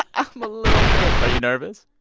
um a little bit. are you nervous?